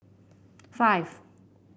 five